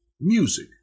Music